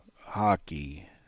hockey